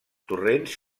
torrents